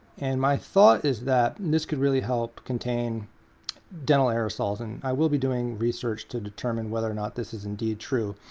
and my thought is that this could really help contain dental aerosols. and i will be doing research to determine whether or not this is indeed true.